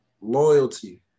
loyalty